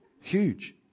Huge